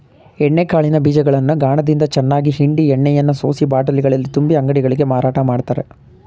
ಎಣ್ಣೆ ಕಾಳಿನ ಬೀಜಗಳನ್ನು ಗಾಣದಿಂದ ಚೆನ್ನಾಗಿ ಹಿಂಡಿ ಎಣ್ಣೆಯನ್ನು ಸೋಸಿ ಬಾಟಲಿಗಳಲ್ಲಿ ತುಂಬಿ ಅಂಗಡಿಗಳಿಗೆ ಮಾರಾಟ ಮಾಡ್ತರೆ